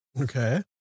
Okay